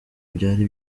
byari